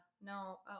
No